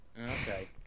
Okay